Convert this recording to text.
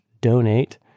donate